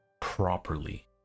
properly